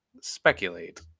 speculate